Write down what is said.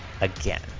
again